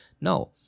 No